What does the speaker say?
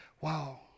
wow